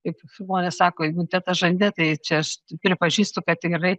kaip žmonės sako imunitetas žande tai čia aš pripažįstu kad tikrai